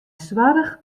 soarch